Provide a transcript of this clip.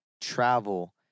travel